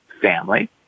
family